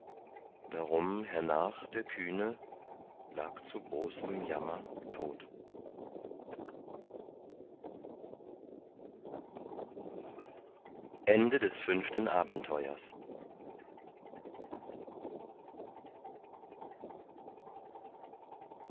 darum hernach der kühne lag zu großem jammer tot sechstes abenteuer